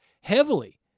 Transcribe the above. heavily